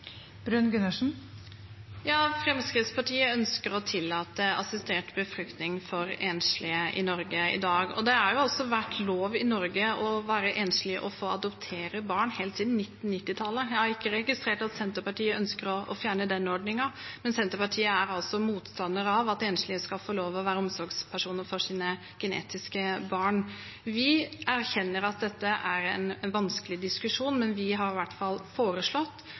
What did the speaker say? Fremskrittspartiet ønsker å tillate assistert befruktning for enslige i Norge i dag. Det har vært lov i Norge for enslige å få adoptere barn helt siden 1990-tallet. Jeg har ikke registrert at Senterpartiet ønsker å fjerne den ordningen. Men Senterpartiet er altså motstander av at enslige skal få lov til å være omsorgspersoner for sine genetiske barn. Vi erkjenner at dette er en vanskelig diskusjon, men vi har iallfall foreslått